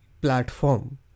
platform